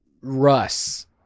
Russ